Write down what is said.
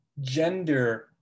gender